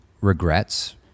regrets